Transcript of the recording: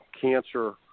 cancer